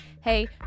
hey